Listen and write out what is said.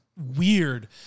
weird